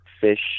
fish